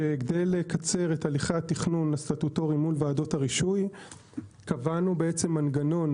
שכדי לקצר את הליכי התכנון הסטטוטורי מול ועדת הרישוי קבענו מנגנון